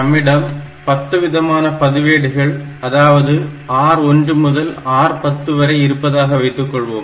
நம்மிடம் 10 விதமான பதிவேடுகள் அதாவது R1 முதல் R10 வரை இருப்பதாக வைத்துக்கொள்வோம்